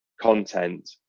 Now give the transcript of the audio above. content